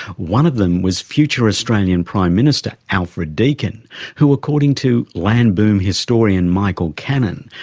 one of them was future australian prime minister alfred deakin who, according to land boom historian michael cannon,